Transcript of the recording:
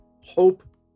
hope